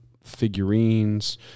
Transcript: figurines